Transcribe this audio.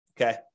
okay